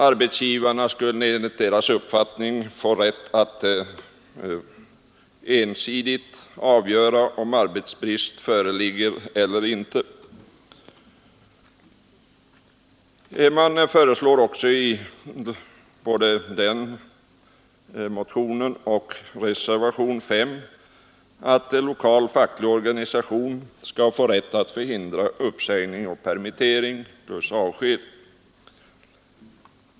Arbetsgivarna skulle enligt vpk:s uppfattning få rätt att ensidigt avgöra om arbetsbrist föreligger eller inte. Man föreslår såväl i denna motion som i reservationen 5 att lokal facklig organisation skall få rätt att förhindra uppsägning och permittering plus avsked.